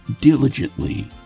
diligently